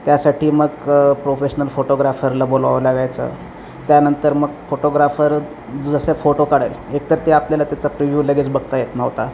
त्यासाठी मग प्रोफेशनल फोटोग्राफरला बोलवावं लागायचं त्यानंतर मग फोटोग्राफर जसे फोटो काढालं एकतर ते आपल्याला त्याचा प्रिव्यू लगेच बघता येत नव्हता